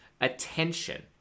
attention